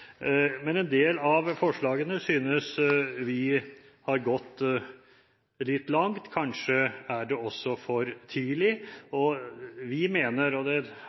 Men en del av forslagene synes vi går litt langt. Kanskje er det også for tidlig. Vi mener – og det